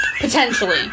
Potentially